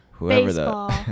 Baseball